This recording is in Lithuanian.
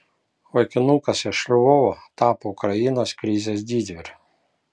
vaikinukas iš lvovo tapo ukrainos krizės didvyriu